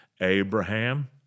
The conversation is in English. Abraham